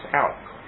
out